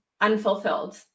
unfulfilled